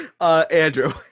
Andrew